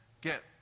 Get